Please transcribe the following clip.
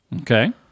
Okay